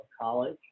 college